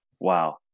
wow